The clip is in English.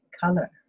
color